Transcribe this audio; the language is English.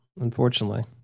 Unfortunately